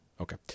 Okay